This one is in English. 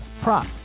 prop